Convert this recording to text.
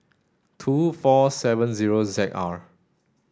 two four seven zero Z R